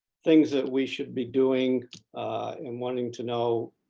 things that we should be doing and wanting to know